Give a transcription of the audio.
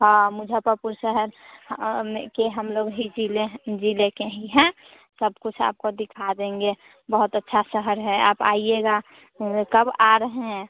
हाँ मुजफ्फरपुर शहर कि हम लोग ही ज़िले हैं ज़िले के ही हैं सब कुछ आपको दिखा देंगे बहुत अच्छा शहर है आप आइएगा कब आ रहे हैं